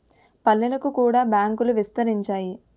పల్లెలకు కూడా బ్యాంకులు విస్తరించాయి